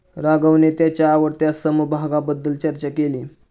राघवने त्याच्या आवडत्या समभागाबद्दल चर्चा केली